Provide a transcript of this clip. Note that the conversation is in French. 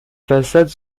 façades